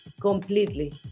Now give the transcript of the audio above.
completely